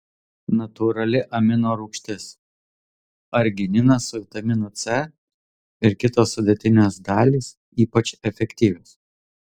natūrali amino rūgštis argininas su vitaminu c ir kitos sudėtinės dalys ypač efektyvios